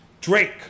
Drake